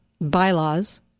bylaws